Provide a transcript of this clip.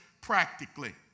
practically